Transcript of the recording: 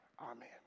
Amen